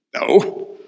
No